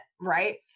right